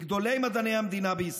מגדולי מדעני המדינה בישראל,